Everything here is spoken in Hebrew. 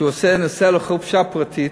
שהוא נוסע לחופשה פרטית,